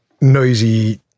noisy